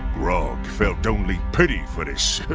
grog felt only pity for this